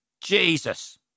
Jesus